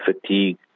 fatigue